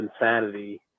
insanity